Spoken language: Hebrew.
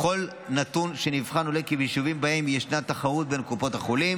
בכל נתון שנבחן עולה כי ביישובים שבהם ישנה תחרות בין קופות החולים,